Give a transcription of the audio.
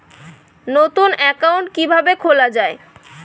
নতুন একাউন্ট কিভাবে খোলা য়ায়?